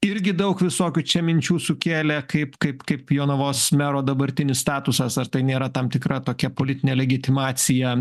irgi daug visokių čia minčių sukėlė kaip kaip kaip jonavos mero dabartinis statusas ar tai nėra tam tikra tokia politinė legitimacija